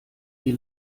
die